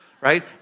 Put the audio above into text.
right